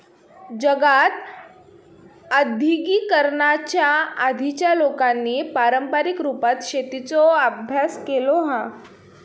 जगात आद्यिगिकीकरणाच्या आधीच्या लोकांनी पारंपारीक रुपात शेतीचो अभ्यास केलो हा